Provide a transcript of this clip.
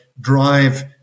drive